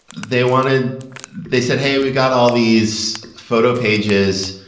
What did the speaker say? they wanted they said, hey, we've got all these photo pages.